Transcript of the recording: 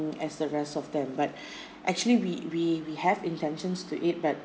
as the rest of them but actually we we we have intentions to eat but